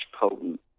Potent